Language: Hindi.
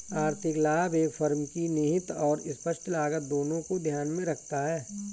आर्थिक लाभ एक फर्म की निहित और स्पष्ट लागत दोनों को ध्यान में रखता है